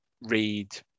read